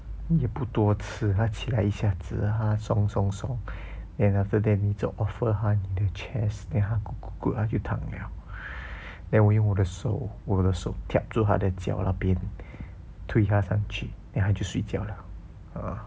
也不多次他起来一下子他松松松 then after that 你就 offer 他你的 chest then 他哭哭哭就躺了 then 我用我的手我的手 kiap 住他的脚那边推他上去 then 他就睡觉了